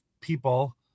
people